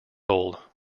old